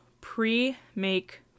pre-make